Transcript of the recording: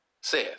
says